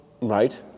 Right